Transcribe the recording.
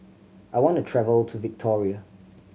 I want to travel to Victoria